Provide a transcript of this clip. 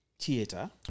theater